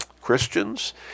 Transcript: Christians